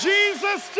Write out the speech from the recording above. Jesus